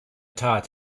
tat